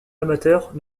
amateurs